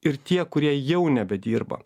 ir tie kurie jau nebedirba